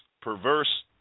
perverse